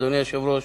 אדוני היושב-ראש,